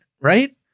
right